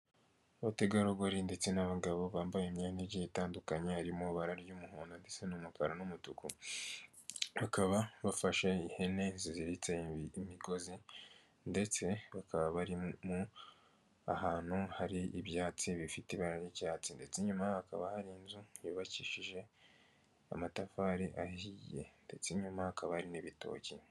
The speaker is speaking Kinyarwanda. Abategarugori ndetse n'abagabo bambaye imyenda igiye itandukanye, irimo ibara ry'umuhondo ndetse n'umukara n'umutuku bakaba bafashe ihene ziziritse imigozi, ndetse bakaba barimo ahantu hari ibyatsi bifite iba ry'icyatsi ndetse nyuma hakaba hari inzu yubakishije amatafari ahiye, ndetse nyuma hakaba hari n'ibitoki.